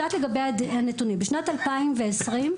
בשנת 2020,